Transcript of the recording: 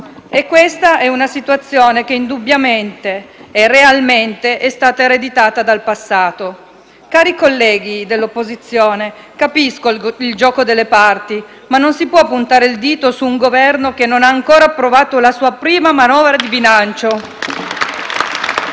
E questa è una situazione che, indubbiamente e realmente, è stata ereditata dal passato. Cari colleghi dell'opposizione, capisco il gioco delle parti ma non si può puntare il dito su un Governo che non ha ancora approvato la sua prima manovra di bilancio!